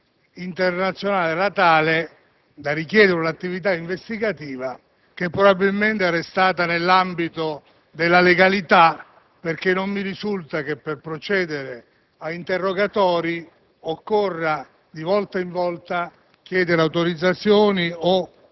internazionale era tale da richiedere un'attività investigativa che probabilmente è restata nell'ambito della legalità. Non mi risulta, infatti, che per procedere ad interrogatori occorra di volta in volta chiedere autorizzazioni o